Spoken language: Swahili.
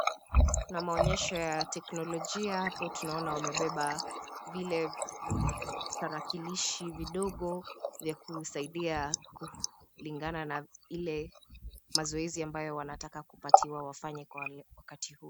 Kuna maonyesho ya teknologia. Hapo tunaona wamebeba vile vitarakilishi vidogo vya kusaidia kulingana na ile mazoezi ambayo wanataka kupatiwa wafanye kwa wakati.